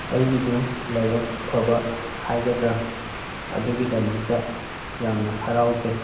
ꯑꯩꯒꯤꯗꯨ ꯂꯥꯏꯕꯛ ꯐꯕ ꯍꯥꯏꯒꯗ꯭ꯔꯥ ꯑꯗꯨꯒꯤꯗꯃꯛꯇ ꯌꯥꯝꯅ ꯍꯥꯔꯥꯎꯖꯩ